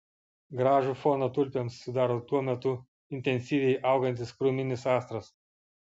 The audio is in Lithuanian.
gražų foną tulpėms sudaro tuo metu intensyviai augantis krūminis astras